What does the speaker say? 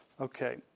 Okay